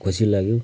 खुसी लाग्यो